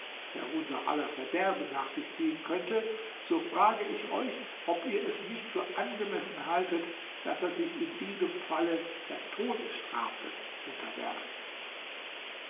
der unser aller verderben nach sich ziehen könnte so frage ich euch ob ihr es nicht für angemessen haltet daß er sich in diesem falle der todesstrafe unterwerfe